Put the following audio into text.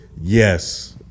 Yes